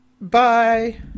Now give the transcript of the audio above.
bye